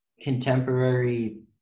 contemporary